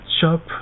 shop